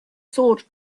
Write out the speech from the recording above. sword